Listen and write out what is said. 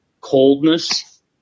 coldness